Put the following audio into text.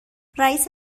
رئیس